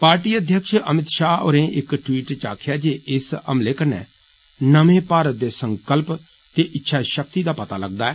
party अध्यक्ष अमित षाह होरें इक ट्वीट च आक्खेआ ऐ जे इस हमले कन्नै नमें भारत दे संकल्प दे इच्छेआ षक्ति दा पता लगदा ऐ